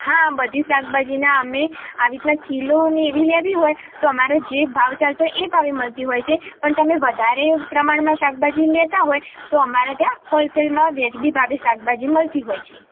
હા બધી શાકભાજીના અમે આવી રીતના કિલો ને એવી લેવી હોય તો અમારો જે ભાવ ચાલતો હોય એ ભાવે મળતી હોય છે પણ તમે વધારે પ્રમાણમાં શાકભાજી લેતા હોય તો અમારે ત્યાં હોલસેલમાં વ્યાજબી ભાવે શાકભાજી મળતી હોય છે